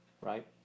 right